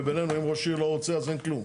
ובינינו, אם ראש עיר לא רוצה, אז אין כלום.